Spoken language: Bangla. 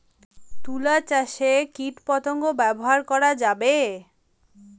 তুলা চাষে কীটপতঙ্গ ব্যবহার করা যাবে?